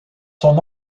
son